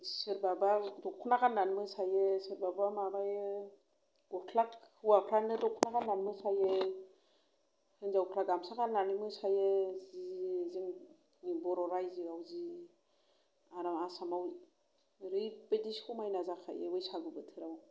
सोरबाबा दख'ना गान्नानै मोसायो सोरबाबा माबायो गस्ला होवाफ्रानो दखना गान्ना मोसायो हेन्जाउफ्रा गामसा गान्नानै मोसायो जि बर' राज्योआव जि आसाम आव एरैबायदि समायना जाखायो बैसागु बोथोरा